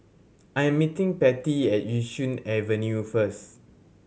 I am meeting Pattie at Yishun Avenue first